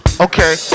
Okay